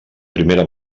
primera